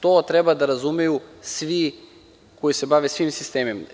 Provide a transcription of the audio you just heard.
To treba da razumeju svi koji se bave svim sistemima.